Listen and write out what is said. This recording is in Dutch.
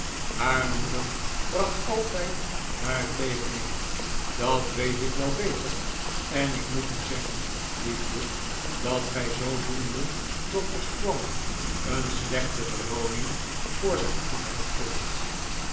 haar moeder bracht altijd daartegen in dat weet ik wel beter en ik moet u zeggen liefje dat gij zoodoende doctor strong een slechte belooning voor zijn goedheid geeft